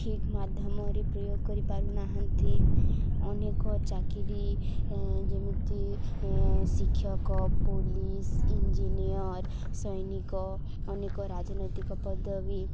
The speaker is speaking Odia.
ଠିକ୍ ମାଧ୍ୟମରେ ପ୍ରୟୋଗ କରିପାରୁନାହାନ୍ତି ଅନେକ ଚାକିରି ଯେମିତି ଶିକ୍ଷକ ପୋଲିସ ଇଞ୍ଜିନିୟର ସୈନିକ ଅନେକ ରାଜନୈତିକ ପଦବୀ